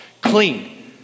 clean